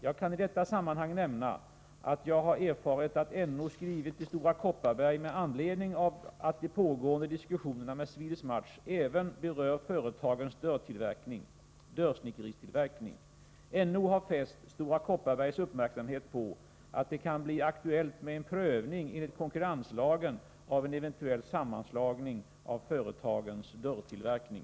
Jag kan i detta sammanhang nämna att jag har erfarit att NO skrivit till Stora Kopparberg med anledning av att de pågående diskussionerna med Swedish Match även berör företagens dörrsnickeritillverkning. NO har fäst Stora Kopparbergs uppmärksamhet på att det kan bli aktuellt med en prövning enligt konkurrenslagen av en eventuell sammanslagning av företagens dörrtillverkning.